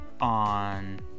on